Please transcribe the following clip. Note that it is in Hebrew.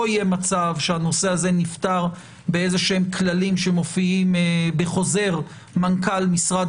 לא יהיה מצב שהנושא הזה נפתר בכללים שמופיעים בחוזר מנכ"ל משרד